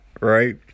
right